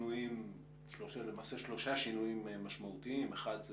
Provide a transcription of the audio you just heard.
שלושה שינויים משמעותיים: אחד,